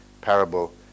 parable